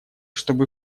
чтобы